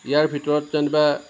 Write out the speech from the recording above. ইয়াৰ ভিতৰত যেনিবা